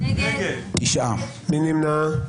מי נמנע?